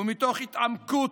ומתוך התעמקות